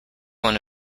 one